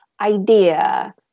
idea